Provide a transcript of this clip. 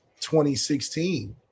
2016